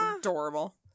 Adorable